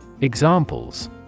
Examples